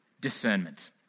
discernment